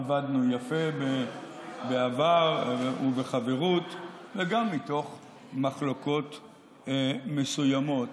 עבדנו יפה בעבר בחברות, וגם מתוך מחלוקות מסוימות.